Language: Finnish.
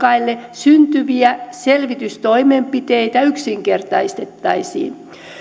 syntyviä selvitystoimenpiteitä yksinkertaistettaisiin